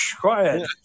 quiet